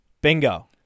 Bingo